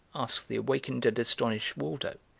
asked the awakened and astonished waldo,